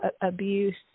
Abuse